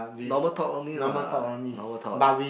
normal talk only lah normal talk